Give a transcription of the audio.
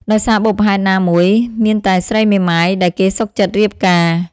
ដោយសារបុព្វហេតុណាមួយ មានតែស្រីមេម៉ាយ ដែលគេសុខចិត្តរៀបការ ។